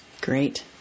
Great